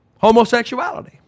homosexuality